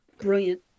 brilliant